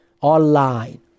online